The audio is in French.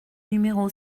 numéro